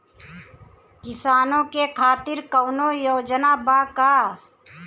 किसानों के खातिर कौनो योजना बा का?